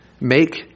make